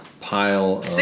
pile